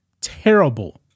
terrible